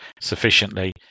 sufficiently